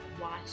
watch